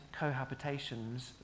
cohabitations